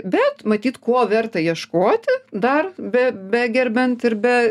bet matyt ko verta ieškoti dar be begerbiant ir be